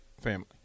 family